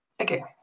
Okay